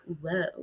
whoa